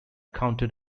counted